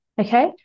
okay